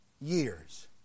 years